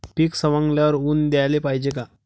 पीक सवंगल्यावर ऊन द्याले पायजे का?